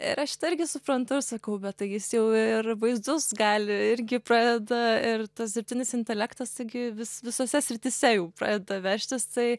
ir aš šitą irgi suprantu ir sakau bet jis jau ir vaizdus gali irgi pradeda ir tas dirbtinis intelektas taigi vis visose srityse jau pradeda veržtis tai